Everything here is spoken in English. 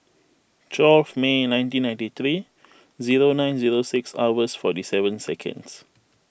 twelve May nineteen ninety three zero nine zero six hours forty seven seconds